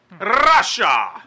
Russia